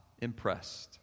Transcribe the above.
impressed